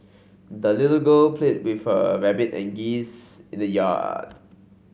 the little girl played with her rabbit and geese in the yard